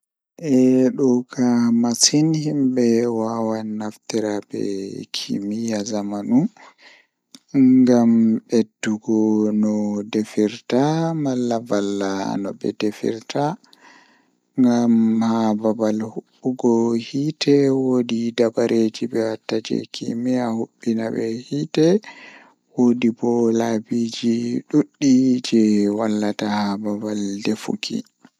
Lewru jei mi burdaa yiduki kanjum woni lewru jei arandewol haa nduubu kanjum be wiyata janwari ko wadi bo lewru nai kanjum be danyi amkanjum on seyo malla nyalande lewru be danyi am den don wela mi masin.